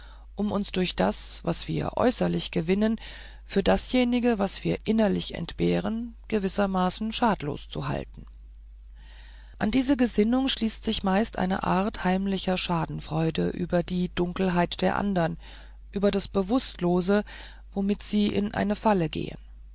um uns durch das was wir äußerlich gewinnen für dasjenige was wir innerlich entbehren gewissermaßen schadlos zu halten an diese gesinnung schließt sich meist eine art heimlicher schadenfreude über die dunkelheit der andern über das bewußtlose womit sie in eine falle gehen